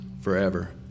forever